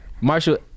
Marshall